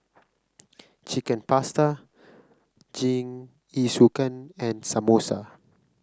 Chicken Pasta Jingisukan and Samosa